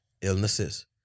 illnesses